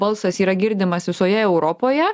balsas yra girdimas visoje europoje